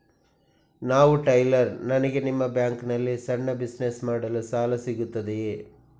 ನಾನು ಟೈಲರ್, ನನಗೆ ನಿಮ್ಮ ಬ್ಯಾಂಕ್ ನಲ್ಲಿ ಸಣ್ಣ ಬಿಸಿನೆಸ್ ಮಾಡಲು ಸಾಲ ಸಿಗುತ್ತದೆಯೇ?